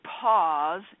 pause